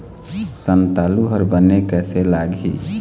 संतालु हर बने कैसे लागिही?